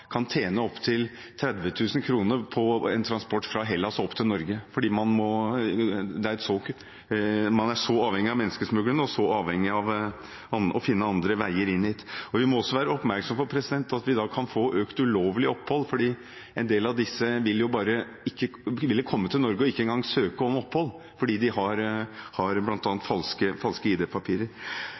på en transport fra Hellas til Norge, fordi man er så avhengig av menneskesmuglerne og så avhengig av å finne andre veier inn hit. Vi må også være oppmerksom på at vi da kan få flere ulovlige opphold, fordi en del av disse vil komme til Norge og ikke engang søke om opphold, bl.a. fordi de har